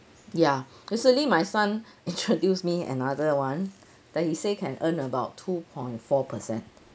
ya recently my son introduce me another one that he say can earn about two point four percent